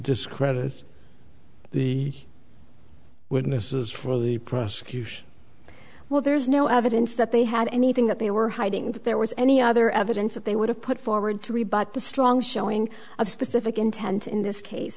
discredit the witnesses for the prosecution well there's no evidence that they had anything that they were hiding that there was any other evidence that they would have put forward to rebut the strong showing of specific intent in this case